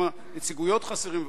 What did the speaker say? חסרים,